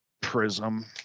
Prism